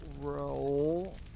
roll